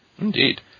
Indeed